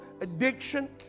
addiction